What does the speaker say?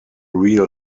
real